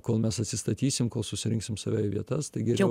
kol mes atsistatysim kol susirinksim save į vietas tai geriau